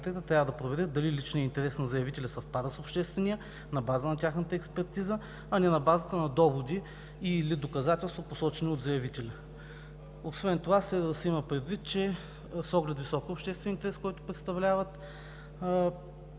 трябва да проверят дали личният интерес на заявителя съвпада с обществения на база на тяхната експертиза, а не на базата на доводи и/или доказателства, посочени от заявителя. Освен това следва да се има предвид, че с оглед високия обществен интерес, който представляват,